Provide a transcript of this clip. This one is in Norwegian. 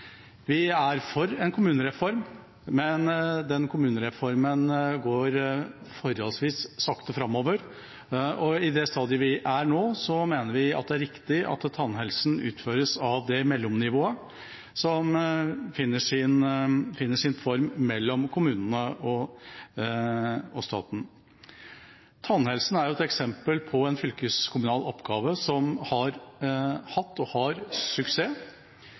Vi er for en kommunereform, men kommunereformen går forholdvis sakte framover, og i det stadiet vi er nå, mener vi det riktig at tannhelsen utføres av dette mellomnivået, som finner sin form mellom kommunene og staten. Tannhelsen er et eksempel på en fylkeskommunal oppgave som har hatt, og har, suksess.